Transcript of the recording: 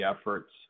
efforts